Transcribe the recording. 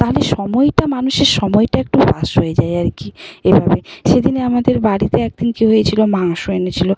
তাহলে সময়টা মানুষের সময়টা একটু পাস হয়ে যায় আর কী এভাবে সেদিন আমাদের বাড়িতে একদিন কি হয়েছিল মাংস এনেছিল